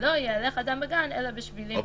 "ולא יהלך אדם בגן אלא בשבילים או בשטחים"